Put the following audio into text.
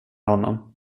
honom